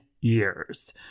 years